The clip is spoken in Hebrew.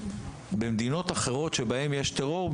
במדינות אחרות שיש בהן טרור,